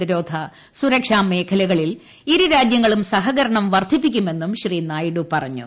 പ്രതിരോധ സുരക്ഷാ മേഖലകളിൽ ഇരു രാജ്യങ്ങളും സഹകരണം വർദ്ധിപ്പിക്കുമെന്നും ശ്രീ നായിഡു പറഞ്ഞു